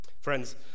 Friends